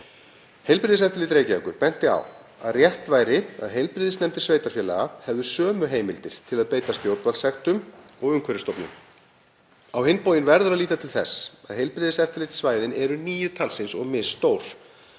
Heilbrigðiseftirlit Reykjavíkur benti á að rétt væri að heilbrigðisnefndir sveitarfélaga hefðu sömu heimildir til að beita stjórnvaldssektum og Umhverfisstofnun. Á hinn bóginn verður að líta til þess að heilbrigðiseftirlitssvæðin eru níu talsins og misstór.